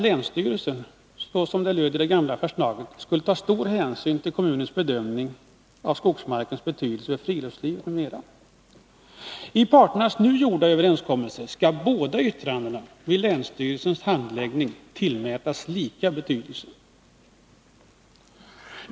Enligt lydelsen i det gamla förslaget skulle länsstyrelsen ta stor hänsyn till kommunens bedömning av skogsmarkens betydelse för friluftslivet m.m. Enligt partiernas nu gjorda överenskommelse skall vid länsstyrelsens handläggning båda yttrandena tillmätas lika betydelse.